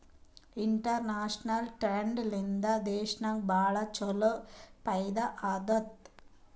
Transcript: international trade ಲಿಂದಾ ದೇಶನಾಗ್ ಭಾಳ ಛಲೋ ಫೈದಾ ಆತ್ತುದ್